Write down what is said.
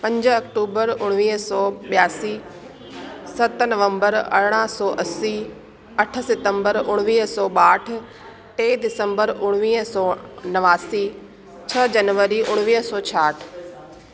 पंज अक्टूबर उणिवीह सौ ॿियासीं सत नवंबर अरिड़हां सौ असीं अठ सितंबर उणिवीह सौ ॿाहठि टे डिसंबर उणिवीह सौ नवासी छह जनवरी उणिवीह सौ छाहठि